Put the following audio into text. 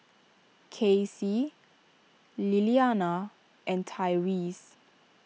Kaycee Lilianna and Tyreese